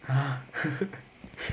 !huh!